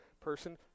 person